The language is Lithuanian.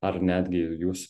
ar netgi jūs